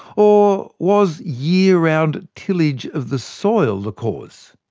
or was year-round tillage of the soil the cause?